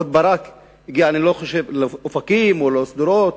אהוד ברק הגיע לאופקים או לשדרות